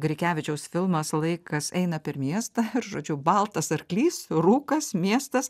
grikevičiaus filmas laikas eina per miestą ir žodžiu baltas arklys rūkas miestas